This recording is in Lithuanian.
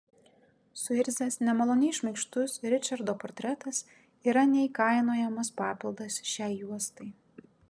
suirzęs nemaloniai šmaikštus ričardo portretas yra neįkainojamas papildas šiai juostai